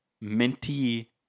minty